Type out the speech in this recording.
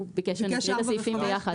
באחת